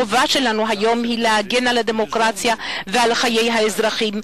החובה שלנו היום היא להגן על הדמוקרטיה ועל חיי האזרחים,